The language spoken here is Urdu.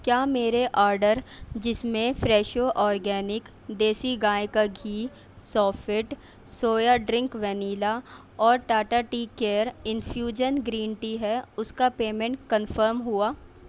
کیا میرے آرڈر جس میں فریشو آرگینک دیسی گائے کا گھی سافٹ سویا ڈرنک وینیلا اور Tata tea care infusion green tea ہے اس کا پیمنٹ کنفرم ہوا